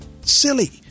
silly